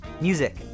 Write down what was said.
Music